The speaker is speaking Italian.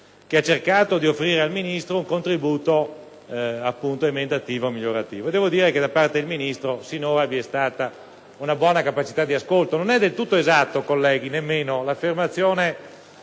cercando di offrire al Ministro un contributo emendativo migliorativo. Devo dire che da parte del Ministro c'è stata, sinora, una buona capacità di ascolto. Non è del tutto esatta, colleghi, nemmeno l'affermazione